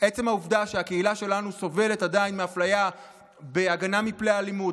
מעצם העובדה שהקהילה שלנו סובלת עדיין מאפליה בהגנה מפני אלימות,